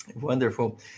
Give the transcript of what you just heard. Wonderful